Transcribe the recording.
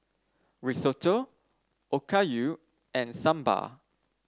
Risotto Okayu and Sambar